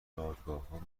دادگاهها